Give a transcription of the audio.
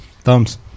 thumbs